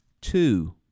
two